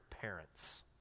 parents